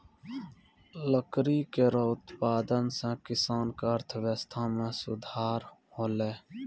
लकड़ी केरो उत्पादन सें किसानो क अर्थव्यवस्था में सुधार हौलय